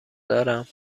دارم